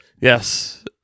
yes